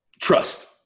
Trust